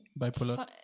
Bipolar